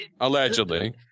allegedly